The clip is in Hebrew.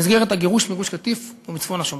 במסגרת הגירוש מגוש-קטיף ומצפון השומרון.